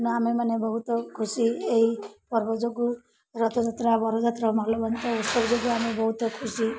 ତେଣୁ ଆମେମାନେ ବହୁତ ଖୁସି ଏହି ପର୍ବ ଯୋଗୁଁ ରଥଯାତ୍ରା ବରଯାତ୍ରା ମାଲବନ୍ତ ଉତ୍ସବ ଯୋଗୁ ଆମେ ବହୁତ ଖୁସି